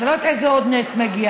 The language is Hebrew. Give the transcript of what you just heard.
אז אני לא יודעת לאיזה עוד נס נגיע.